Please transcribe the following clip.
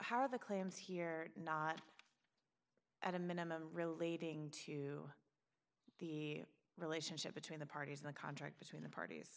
how the claims here at a minimum relating to the relationship between the parties in the contract between the parties